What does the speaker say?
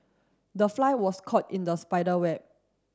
the fly was caught in the spider web